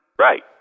Right